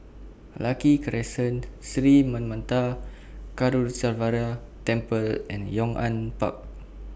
Lucky Crescent Sri Manmatha Karuneshvarar Temple and Yong An Park